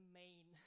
main